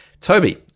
Toby